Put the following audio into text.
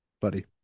Buddy